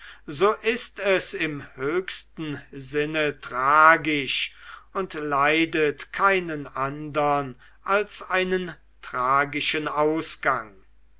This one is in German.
so ist es im höchsten sinne tragisch und leidet keinen andern als einen tragischen ausgang